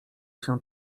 się